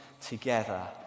together